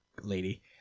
lady